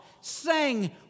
sang